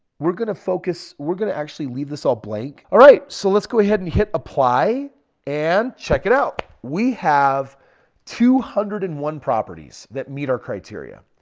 we're going to focus. we're going to actually leave this all blank. all right, so let's go ahead and hit apply and check it out. we have two hundred and one properties that meet our criteria.